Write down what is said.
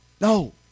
No